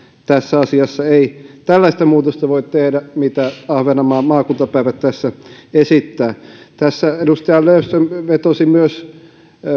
tässä asiassa ei tällaista muutosta voi tehdä kuin mitä ahvenanmaan maakuntapäivät tässä esittää tässä edustaja löfström vetosi myös